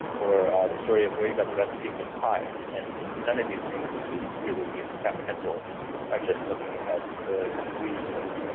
or the story of where you got the recipe for the pie, and none of these things is really apprehendable if you are just looking at the ingredient list,